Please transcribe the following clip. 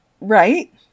Right